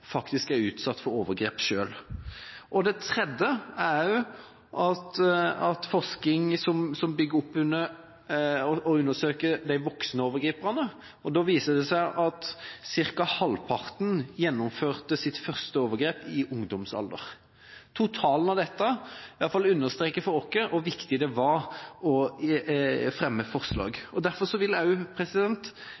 faktisk er utsatt for overgrep selv. Det tredje gjelder forskning som undersøker de voksne overgriperne, som viser at ca. halvparten gjennomførte sitt første overgrep i ungdomsalder. Totalen av dette understreker iallfall for oss hvor viktig det var å fremme forslag.